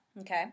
Okay